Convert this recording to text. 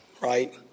right